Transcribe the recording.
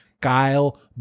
guile